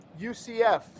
UCF